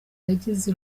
yagize